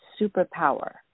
superpower